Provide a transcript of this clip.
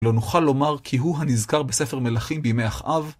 לא נוכל לומר כי הוא הנזכר בספר מלכים בימי אחאב.